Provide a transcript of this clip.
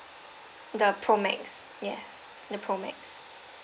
the pro max yes the pro max